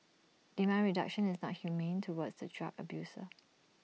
demand reduction is not inhumane towards the drug abuser